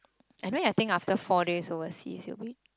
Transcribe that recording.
i know I think after four days overseas you'll be